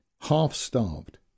Half-starved